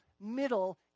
middle